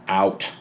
out